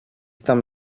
tam